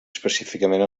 específicament